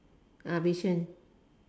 ah vision